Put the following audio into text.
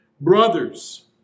Brothers